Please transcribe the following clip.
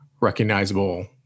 recognizable